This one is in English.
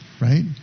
right